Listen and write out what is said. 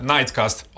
Nightcast